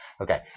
okay